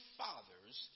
fathers